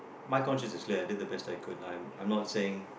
my conscious is clear I did the best I could I'm I'm not saying